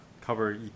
cover